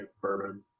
bourbon